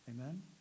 Amen